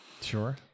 Sure